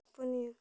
ᱯᱩᱱᱤᱭᱟᱹ